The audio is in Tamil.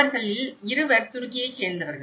அவர்களில் இருவர் துருக்கியைச் சேர்ந்தவர்கள்